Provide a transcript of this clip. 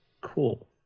Cool